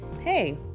hey